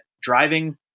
driving